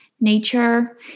nature